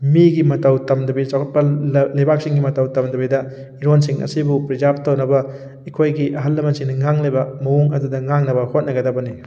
ꯃꯤꯒꯤ ꯃꯇꯧ ꯇꯝꯗꯕꯤ ꯆꯥꯎꯈꯠꯄ ꯂꯩꯕꯥꯛꯁꯤꯡꯒꯤ ꯃꯇꯧ ꯇꯝꯗꯕꯤꯗ ꯏꯔꯣꯟꯁꯤꯡ ꯑꯁꯤꯕꯨ ꯄ꯭ꯔꯤꯖꯥꯕ ꯇꯧꯅꯕ ꯑꯩꯈꯣꯏꯒꯤ ꯑꯍꯜ ꯂꯃꯟꯁꯤꯡꯅ ꯉꯥꯡꯂꯤꯕ ꯃꯑꯣꯡ ꯑꯗꯨꯗ ꯉꯥꯡꯅꯕ ꯍꯣꯠꯅꯒꯗꯕꯅꯤ